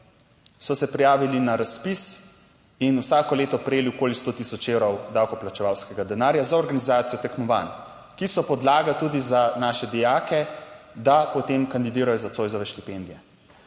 so se prijavili na razpis in vsako leto prejeli okoli 100 tisoč evrov davkoplačevalskega denarja za organizacijo tekmovanj, ki so podlaga tudi za naše dijake, da potem kandidirajo za Zoisove štipendije,